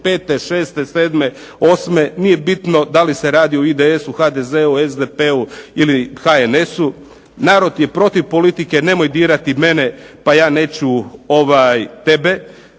2007., 2008., nije bitno da li se radi o IDS-u, HDZ-u, SDP-u ili HNS-u. Narod je protiv politike. Nemoj dirati mene pa ja neću tebe